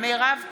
מירב כהן,